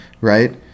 right